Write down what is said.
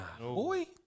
Boy